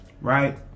right